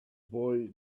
boy